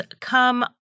come